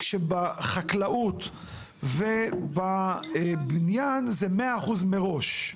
כשבחקלאות ובבניין זה 100% מראש?